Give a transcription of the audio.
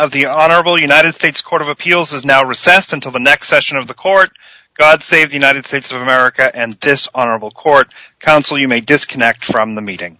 of the honorable united states court of appeals has now recessed until the next session of the court god save the united states of america and this honorable court counsel you may disconnect from the meeting